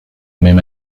même